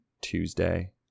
Tuesday